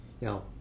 Now